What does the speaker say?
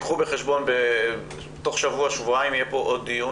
קחו בחשבון שבתוך שבוע-שבועיים יהיה פה דיון